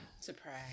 Surprise